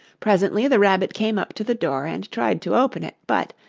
presently the rabbit came up to the door, and tried to open it but,